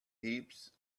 heaps